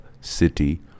city